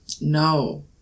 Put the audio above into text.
no